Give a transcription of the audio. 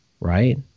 right